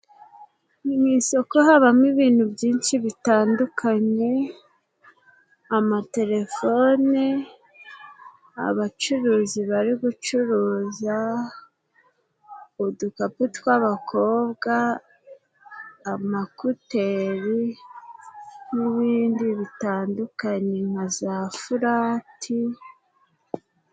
Mu isoko habamo ibintu byinshi bitandukanye: amatelefone, abacuruzi bari gucuruza udukapu tw'abakobwa, amakuteri, n'ibindi bitandukanye nka za furati.